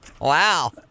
Wow